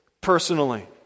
personally